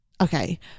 Okay